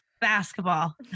basketball